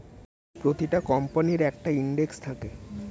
প্রতিটা কোম্পানির একটা ইন্ডেক্স থাকে